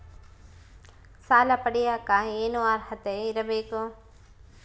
ಸಾಲ ಪಡಿಯಕ ಏನು ಅರ್ಹತೆ ಇರಬೇಕು?